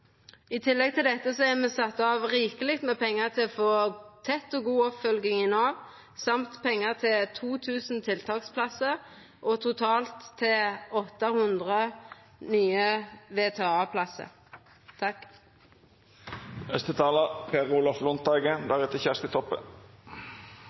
I tillegg til dette har me sett av rikeleg med pengar til å få tett og god oppfølging i Nav samt pengar til 2 000 tiltaksplassar og til totalt 800 nye